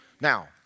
Now